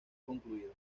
concluido